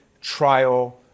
trial